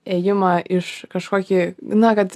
ėjimą iš kažkokį na kad